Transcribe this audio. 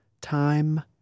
time